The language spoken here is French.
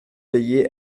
veiller